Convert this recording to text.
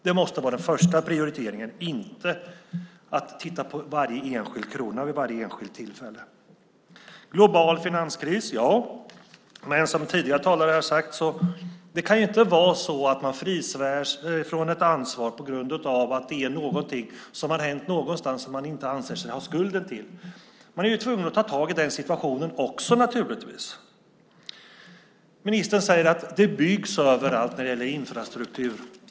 Det måste vara den första prioriteringen, inte att titta på varje enskild krona vid varje enskilt tillfälle. Ja, det råder global finanskris. Men som tidigare talare har sagt kan det inte vara så att man frisvär sig från ett ansvar på grund av att något har hänt någonstans som man inte anser sig ha skulden till. Man är naturligtvis tvungen att ta tag i situationen ändå. Ministern säger att det byggs överallt när det gäller infrastruktur.